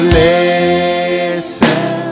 listen